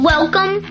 Welcome